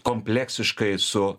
kompleksiškai su